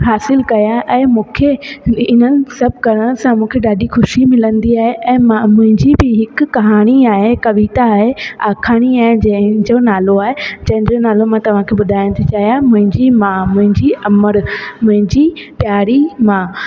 हासिलु कया ऐं मूंखे इन्हनि सभु कारण सां मूंखे ॾाढी ख़ुशी मिलंदी आहे ऐं मां मुंहिंजी बि हिकु कहाणी आहे कविता आहे आखाणी आहे जंहिंजो नालो आहे जंहिंजो नालो मां तव्हांखे ॿुधाइणु थी चाहियां मुंहिंजी माउ मुंहिंजी अमड़ मुंहिंजी प्यारी माउ